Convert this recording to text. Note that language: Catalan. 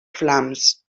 flams